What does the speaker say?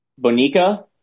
Bonica